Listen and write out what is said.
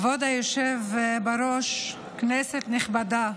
כבוד היושב-ראש, כנסת נכבדה,